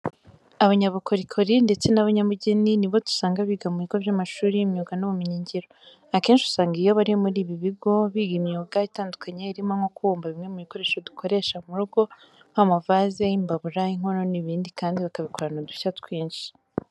Abanyabukorikori ndetse n'abanyabugeni ni bo dusanga biga mu bigo by'amashuri y'imyuga n'ubumenyingiro. Akenshi usanga iyo bari muri ibi bigo, biga imyuga itandukanye irimo nko kubumba bimwe mu bikoresho dukoresha mu rugo nk'amavaze, imbabura, inkono n'ibindi kandi bakabikorana udushya twinshi.